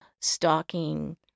stalking